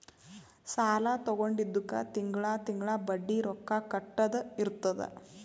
ಸಾಲಾ ತೊಂಡಿದ್ದುಕ್ ತಿಂಗಳಾ ತಿಂಗಳಾ ಬಡ್ಡಿ ರೊಕ್ಕಾ ಕಟ್ಟದ್ ಇರ್ತುದ್